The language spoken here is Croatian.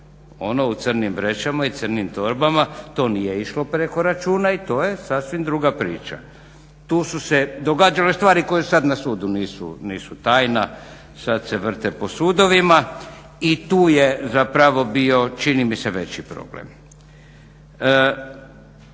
Ono u crnim vrećama i crnim torbama to nije išlo preko računa i to je sasvim druga priča. Tu su se događale stvari koje su sada na sudu, nisu tajna, sada se vrte po sudovima i tu je čini mi se bio veći problem.